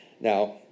Now